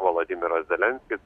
volodymyras zelenskis